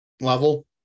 level